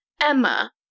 emma